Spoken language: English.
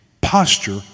Posture